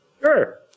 Sure